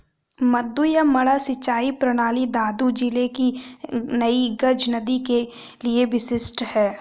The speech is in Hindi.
मद्दू या मड्डा सिंचाई प्रणाली दादू जिले की नई गज नदी के लिए विशिष्ट है